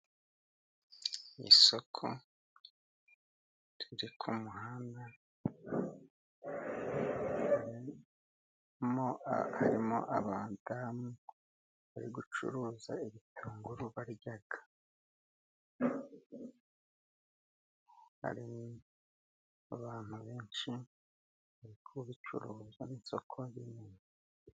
Isoko riri ku muhanda, harimo abadamu bari gucuruza ibitunguru barya, hari n'abantu benshi bari kubicuruza ni isoko rinini.